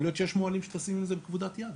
יכול להיות שיש מוהלים שטסים עם זה בכבודת יד.